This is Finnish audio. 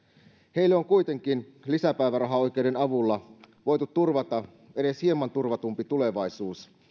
heille on lisäpäivärahaoikeuden avulla voitu turvata edes hieman turvatumpi tulevaisuus